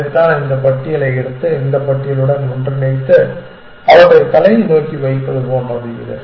அதைத்தான் இந்த பட்டியலை எடுத்து இந்த பட்டியலுடன் ஒன்றிணைத்து அவற்றை தலையை நோக்கி வைப்பது போன்றது இது